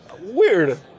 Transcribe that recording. Weird